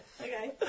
Okay